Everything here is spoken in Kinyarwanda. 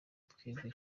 twebwe